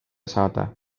saada